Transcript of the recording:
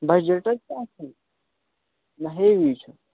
budget حظ چھِ اَصٕل نَہ ہیوی چھِ